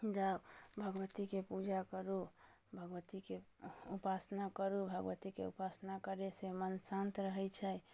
जाउ भगवतीके पूजा करू भगवतीके उपासना करू भगवतीके उपासना करैसँ मन शान्त रहै छै